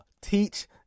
teach